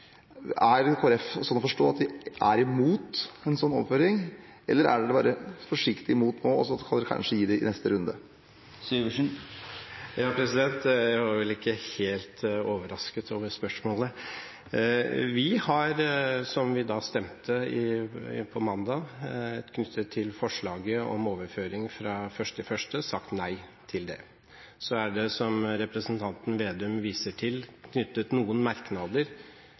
Er det sånn å forstå at Kristelig Folkeparti er imot en slik overføring, eller er de bare forsiktig imot nå og så kanskje for i neste runde? Jeg er ikke helt overrasket over spørsmålet. Vi har, som vi stemte på mandag knyttet til forslaget om overføring fra 1. januar, sagt nei til det. Så er det, som representanten Slagsvold Vedum viser til, knyttet noen merknader